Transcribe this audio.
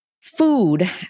food